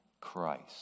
Christ